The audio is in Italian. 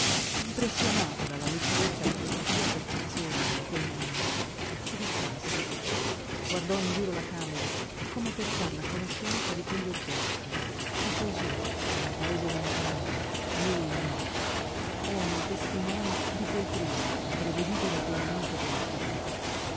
impressionato dalla lucidezza di questa sua percezione in quel momento si distrasse guardò in giro la camera come per far la conoscenza di quegli oggetti che così in un paese lontano a lui ignoto erano testimoni di quel triste imprevedibile avvenimento della sua vita